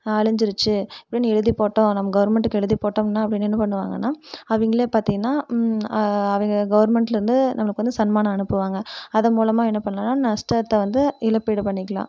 அழிஞ்சிருச்சு அப்படின்னு எழுதிப் போட்டோம் நம்ம கவுர்மெண்ட்டுக்கு எழுதி போட்டோம்னால் வந்து என்ன பண்ணுவாங்கன்னால் அவங்களே பார்த்தீங்கன்னா அவங்க கவுர்மெண்ட்லேருந்து நமக்கு வந்து சன்மானம் அனுப்புவாங்கள் அதன் மூலமாக என்ன பண்ணலான்னா நஷ்டத்தை வந்து இழப்பீடு பண்ணிக்கலாம்